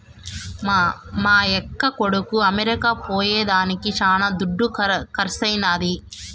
మా యక్క కొడుకు అమెరికా పోయేదానికి శానా దుడ్డు కర్సైనాది